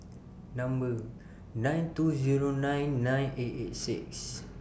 Number nine two Zero nine nine eight eight six